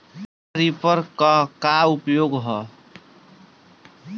Straw reaper क का उपयोग ह?